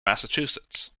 massachusetts